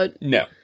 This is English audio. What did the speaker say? No